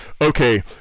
okay